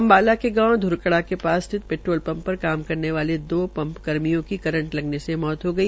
अंबाला के गांव धुरकड़ा के पास स्थित पेट्रोल पंप पर काम करने वाले दो पंप कर्मियों की करंट लगने से मौत हो गई